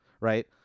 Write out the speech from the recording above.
right